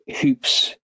hoops